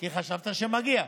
כי חשבת שמגיע.